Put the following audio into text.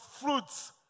fruits